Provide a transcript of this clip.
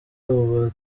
abo